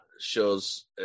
shows